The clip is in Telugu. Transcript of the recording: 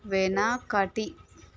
వెనకటి